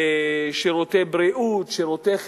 שירותי בריאות, שירותי חינוך.